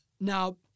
Now